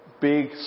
big